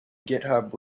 github